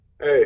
Hey